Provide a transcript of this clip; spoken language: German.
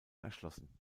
erschlossen